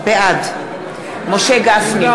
נמנע משה גפני, נגד יעל